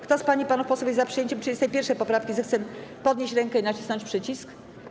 Kto z pań i panów posłów jest za przyjęciem 31. poprawki, zechce podnieść rękę i nacisnąć przycisk.